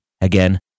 again